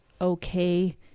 okay